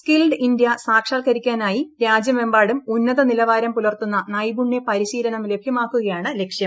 skilled India സാക്ഷാത്കരിക്കാനായി രാജ്യമെമ്പാടും ഉന്നത നിലവാരം പുലർത്തുന്ന നൈപുണ്യ പരിശീലനം ലഭ്യമാക്കുകയാണ് ലക്ഷ്യം